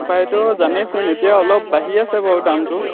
বাইদেউ জানেইচোন এতিয়া অলপ বাঢ়ি আছে বাৰু দামটো